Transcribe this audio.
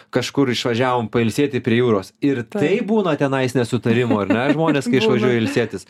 kažkur išvažiavom pailsėti prie jūros ir tai būna tenais nesutarimų ar ne žmonės kai išvažiuoja ilsėtis